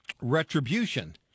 Retribution